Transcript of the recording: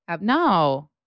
No